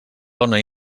dona